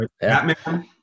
Batman